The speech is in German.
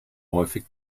häufig